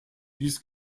dies